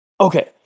Okay